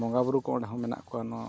ᱵᱚᱸᱜᱟ ᱵᱩᱨᱩ ᱠᱚ ᱚᱸᱰᱮᱦᱚᱸ ᱢᱮᱱᱟᱜ ᱠᱚᱣᱟ ᱱᱚᱣᱟ